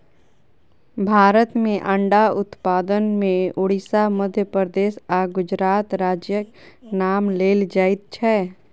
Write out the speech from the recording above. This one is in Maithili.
भारत मे अंडा उत्पादन मे उड़िसा, मध्य प्रदेश आ गुजरात राज्यक नाम लेल जाइत छै